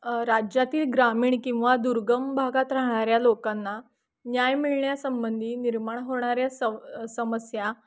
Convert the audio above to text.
राज्यातील ग्रामीण किंवा दुर्गम भागात राहणाऱ्या लोकांना न्याय मिळण्यासंबंधी निर्माण होणाऱ्या स समस्या